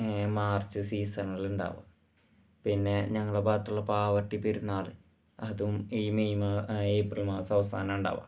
ഈ മാര്ച്ച് സീസണില് ഉണ്ടാവുക പിന്നെ ഞങ്ങളുടെ ഭാഗത്തുള്ള പാവറട്ടി പെരുന്നാള് അതും ഈ മെയ് മാ ഏപ്രില് മാസം അവസാനമാണ് ഉണ്ടാവുക